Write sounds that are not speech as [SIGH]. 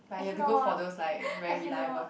I cannot [NOISE] I cannot